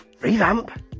Revamp